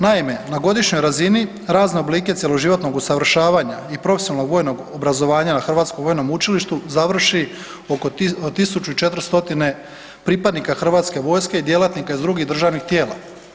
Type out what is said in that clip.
Naime, na godišnjoj razini, razne oblike cjeloživotnog usavršavanja i profesionalnog vojnog obrazovanja na Hrvatskom vojnom učilištu završi oko 1400 pripadnika Hrvatske vojske i djelatnika iz drugih državnih tijela.